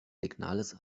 signals